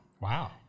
Wow